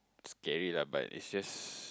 scary lah but it's just